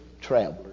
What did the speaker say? travelers